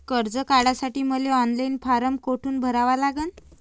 कर्ज काढासाठी मले ऑनलाईन फारम कोठून भरावा लागन?